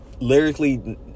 Lyrically